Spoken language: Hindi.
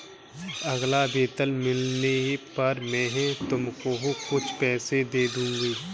अगला वेतन मिलने पर मैं तुमको कुछ पैसे दे दूँगी